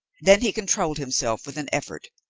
then he controlled himself with an effort,